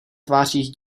tvářích